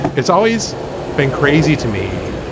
it's always been crazy to me.